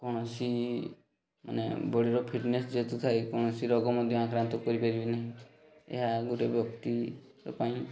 କୌଣସି ମାନେ ବଡ଼ିର ଫିଟନେସ୍ ଯେହେତୁ ଥାଏ କୌଣସି ରୋଗ ମଧ୍ୟ ଆକ୍ରାନ୍ତ କରିପାରିବେ ନାହିଁ ଏହା ଗୋଟେ ବ୍ୟକ୍ତି ପାଇଁ